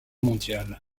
mondial